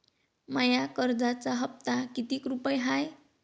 माया कर्जाचा हप्ता कितीक रुपये हाय?